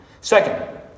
Second